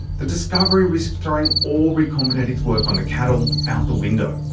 the discovery risked throwing all recombinetics' work on the cattle out the window.